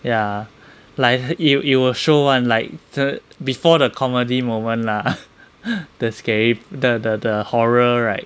ya like it'll it'll show [one] like err before the comedy moment lah the scary the the horror right